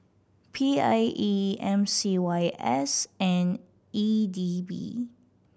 P I E M C Y S and E D B